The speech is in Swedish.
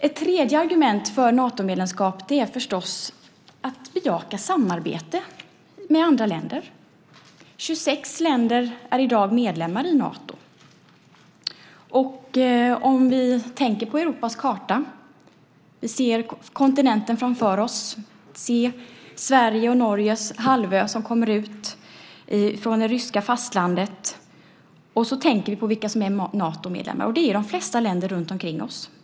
Ett tredje argument för Natomedlemskap är förstås att bejaka samarbete med andra länder. 26 länder är i dag medlemmar i Nato. Om vi tänker på Europas karta, ser kontinenten framför oss, ser Sveriges och Norges halvö som kommer ut från det ryska fastlandet och tänker på vilka som är Natomedlemmar inser vi att det är de flesta länderna runtomkring oss.